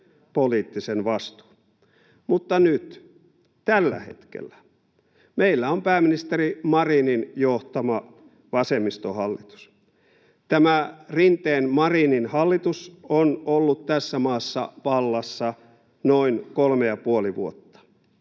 poliittisen vastuun. Mutta nyt, tällä hetkellä meillä on pääministeri Marinin johtama vasemmistohallitus. Tämä Rinteen—Marinin hallitus on ollut tässä maassa vallassa noin kolme ja puoli vuotta.